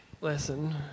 Listen